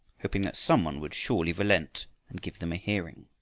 hoping that some one would surely relent and give them a hearing.